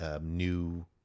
new